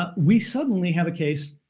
ah we suddenly have a case,